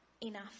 enough